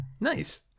Nice